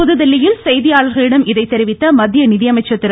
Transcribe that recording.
புதுதில்லியில் செய்தியாளர்களிடம் இதை தெரிவித்த மத்திய நிதியமைச்சர் திரு